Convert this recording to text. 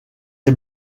est